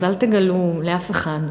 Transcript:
אז אל תגלו לאף אחד,